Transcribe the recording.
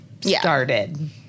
started